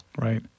Right